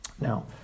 Now